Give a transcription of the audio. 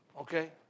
okay